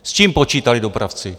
S čím počítali dopravci?